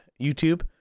YouTube